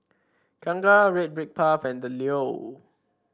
Kangkar Red Brick Path and The Leo